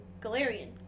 Galarian